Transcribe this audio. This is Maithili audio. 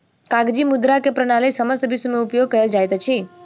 कागजी मुद्रा के प्रणाली समस्त विश्व में उपयोग कयल जाइत अछि